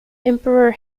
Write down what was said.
emperor